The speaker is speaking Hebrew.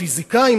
הפיזיקאים,